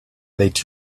let